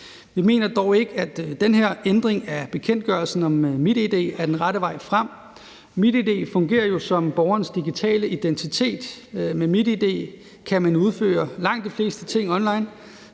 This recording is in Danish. Vi mener dog ikke, at den her ændring af bekendtgørelsen om MitID er den rette vej frem. MitID fungerer jo som borgerens digitale identitet. Med MitID kan man udføre langt de fleste ting online,